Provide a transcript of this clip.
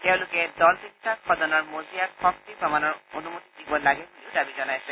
তেওঁলোকে দল তিনিটাক সদনৰ মজিয়াত শক্তি প্ৰমাণৰ অনুমতি দিব লাগে বুলি দাবী জনাইছে